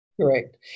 correct